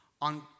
On